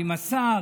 עם השר,